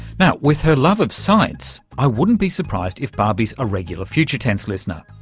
now, with her love of science, i wouldn't be surprised if barbie's a regular future tense listener,